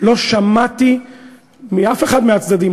לא שמעתי מאף אחד מהצדדים,